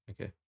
okay